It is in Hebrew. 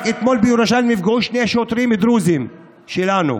רק אתמול בירושלים נפגעו שני שוטרים דרוזים שלנו.